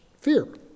fear